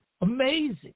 Amazing